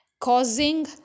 causing